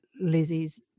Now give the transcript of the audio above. Lizzie's